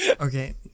Okay